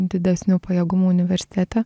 didesniu pajėgumu universitete